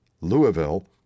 Louisville